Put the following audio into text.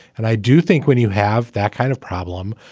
and i do think when you have that kind of problem,